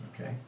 Okay